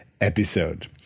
episode